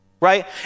Right